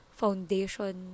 foundation